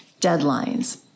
deadlines